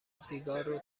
سیگارو